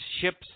ships